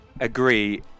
agree